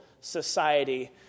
society